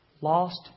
Lost